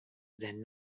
than